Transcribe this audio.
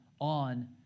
on